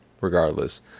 regardless